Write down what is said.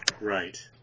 Right